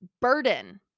burden